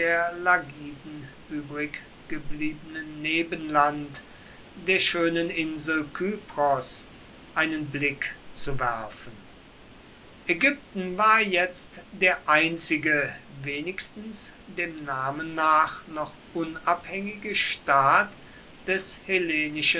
lagiden übriggebliebenen nebenland der schönen insel kypros einen blick zu werfen ägypten war jetzt der einzige wenigstens dem namen nach noch unabhängige staat des